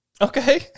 Okay